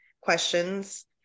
questions